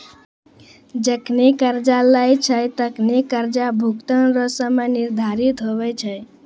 जखनि कर्जा लेय छै तखनि कर्जा भुगतान रो समय निर्धारित हुवै छै